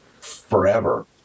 forever